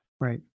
Right